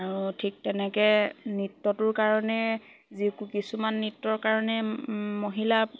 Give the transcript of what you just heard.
আৰু ঠিক তেনেকে নৃত্যটোৰ কাৰণে যো কিছুমান নৃত্যৰ কাৰণে মহিলা